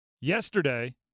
Yesterday